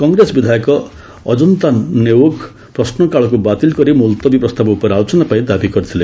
କଂଗ୍ରେସ ବିଧାୟକ ଅଜନ୍ତାନ୍ ନେଓଗ୍ ପ୍ରଶ୍ନକାଳକୁ ବାତିଲ୍ କରି ମୁଲତବୀ ପ୍ରସ୍ତାବ ଉପରେ ଆଲୋଚନାପାଇଁ ଦାବି କରିଥିଲେ